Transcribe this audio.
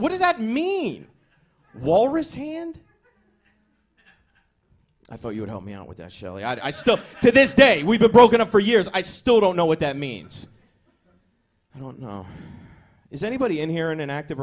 what does that mean walrus hand i thought you would help me out with that shelly i still to this day we've been broken up for years i still don't know what that means i don't know if anybody in here in an active